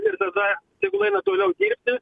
ir tada tegul eina toliau dirbti